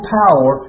power